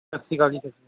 ਸਤਿ ਸ਼੍ਰੀ ਅਕਾਲ ਜੀ